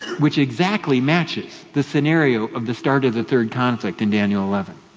which exactly matches the scenario of the start of the third conflict in daniel eleven.